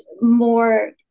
more